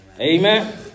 Amen